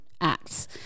acts